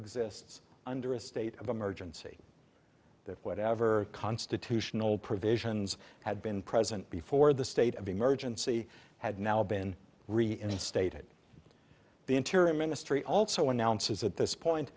exists under a state of emergency that whatever constitutional provisions had been present before the state of emergency had now been reinstated the interior ministry also announces at this point